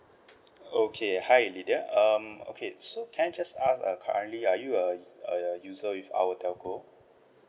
okay hi lidiyah um okay so can I just ask err currently are you a a user with our telco